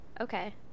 okay